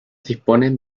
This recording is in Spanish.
disponen